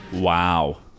Wow